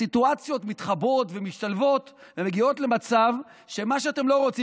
הסיטואציות מתחבאות ומשתלבות ומגיעות למצב שמה שאתם לא רוצים,